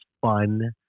fun